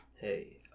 Hey